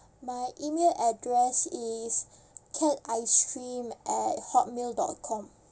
my email address is cat ice cream at hot mail dot com